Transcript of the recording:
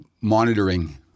monitoring